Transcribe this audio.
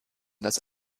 das